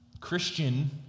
Christian